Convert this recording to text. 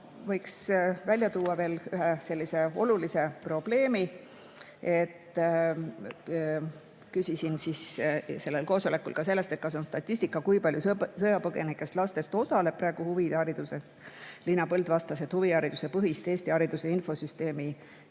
võiks välja tuua veel ühe olulise probleemi. Küsisin sellel koosolekul ka selle kohta, kas on olemas statistika, kui palju sõjapõgenikest lapsi osaleb praegu huvihariduses. Liina Põld vastas, et huviharidusepõhist Eesti Hariduse Infosüsteemi